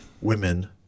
women